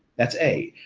that's a.